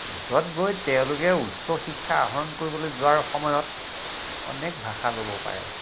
পিছত গৈ তেওঁলোকে উচ্চ শিক্ষা আহৰণ কৰিবলৈ যোৱাৰ সময়ত অনেক ভাষা ল'ব পাৰে